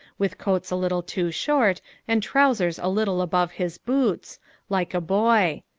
with coats a little too short and trousers a little above his boots like a boy.